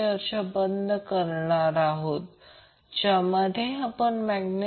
तर या काही गोष्टी आहेत ही एक अतिशय सोपी गोष्ट आहे